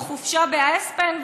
או חופשה באספן,